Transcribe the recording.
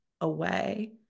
away